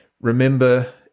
Remember